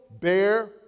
bear